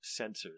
sensors